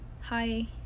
Hi